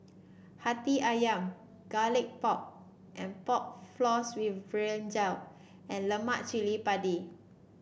Hati ayam Garlic Pork and Pork Floss with Brinjal and Lemak Cili Padi